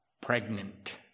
Pregnant